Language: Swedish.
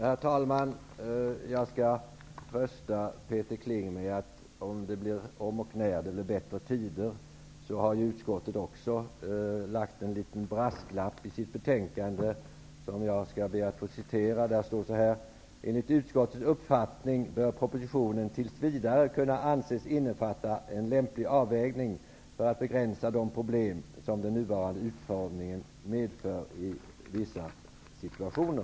Herr talman! Jag skall trösta Peter Kling med att säga att om och när det blir bättre tider har utskottet en liten brasklapp i betänkandet. Jag skall be att få citera den. ''Enligt utskottets uppfattning bör propositionen tills vidare kunna anses innefatta en lämplig avvägning för att begränsa de problem som den nuvarande utformningen medför i vissa situationer.''